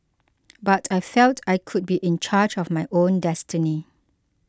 but I felt I could be in charge of my own destiny